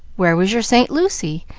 where was your saint lucy?